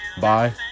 Bye